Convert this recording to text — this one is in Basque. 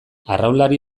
arraunlari